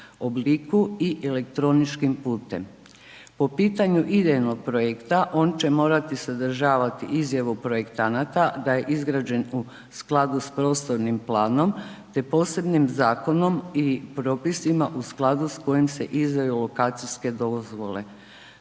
obliku i elektroničkim putem. Po pitanju idejnog projekta, on će morati sadržavati izjavu projektanata da je izgrađen u skladu s prostornim planom, te posebnim zakonom i propisima u skladu s kojim se izdaju lokacijske dozvole.